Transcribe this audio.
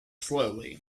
slowly